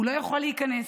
הוא לא יוכל להיכנס.